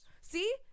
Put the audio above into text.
See